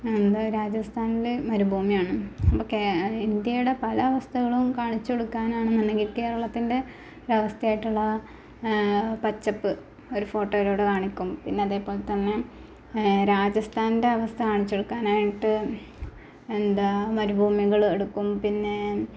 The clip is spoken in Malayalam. എന്താണ് രാജസ്ഥാനിൽ മരുഭൂമിയാണ് അപ്പം കേ ഇന്ത്യയുടെ പല അവസ്ഥകളും കാണിച്ചുകൊടുക്കാനാണെന്നുണ്ടെങ്കിൽ കേരളത്തിൻ്റെ ഒരവസ്ഥയായിട്ടുള്ള പച്ചപ്പ് ഒരു ഫോട്ടോയിലൂടെ കാണിക്കും പിന്നെ അതേപോലെ തന്നെ രാജസ്ഥാനിന്റെ അവസ്ഥ കാണിച്ചുകൊടുക്കാനായിട്ട് എന്താണ് മരുഭൂമികൾ എടുക്കും പിന്നെ